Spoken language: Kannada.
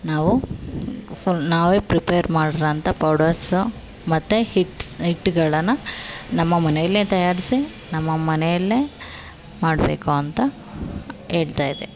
ನಾವು ಫುಲ್ ನಾವೇ ಪ್ರಿಪೇರ್ ಮಾಡಿರೋವಂಥ ಪೌಡರ್ಸ್ ಮತ್ತು ಹಿಟ್ಸ್ ಹಿಟ್ಟುಗಳನ್ನು ನಮ್ಮ ಮನೆಯಲ್ಲೇ ತಯಾರಿಸಿ ನಮ್ಮ ಮನೆಯಲ್ಲೇ ಮಾಡಬೇಕು ಅಂತ ಹೇಳ್ತಾಯಿದ್ದೆ